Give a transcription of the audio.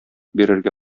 бирергә